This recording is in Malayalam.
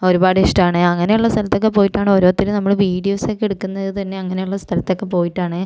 ഒരുപാട് ഇഷ്ടമാണ് അങ്ങനെയുള്ള സ്ഥലത്തൊക്കെ പോയിട്ടാണ് ഓരോരുത്തരും നമ്മുടെ വീഡിയോസൊക്കെ എടുക്കുന്നത് തന്നെ അങ്ങനെയുള്ള സ്ഥലത്തൊക്കെ പോയിട്ടാണ്